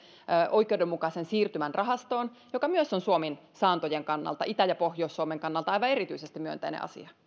oikeudenmukaisen siirtymän rahastoon joka myös on suomen saantojen kannalta itä ja pohjois suomen kannalta aivan erityisesti myönteinen asia